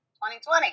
2020